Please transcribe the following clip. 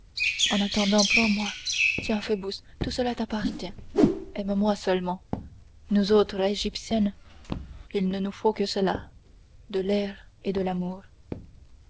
en attendant prends-moi tiens phoebus tout cela t'appartient aime-moi seulement nous autres égyptiennes il ne nous faut que cela de l'air et de l'amour